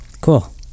Cool